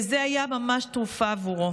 וזה היה ממש תרופה עבורו.